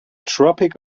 tropic